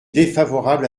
défavorable